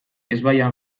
ezbaian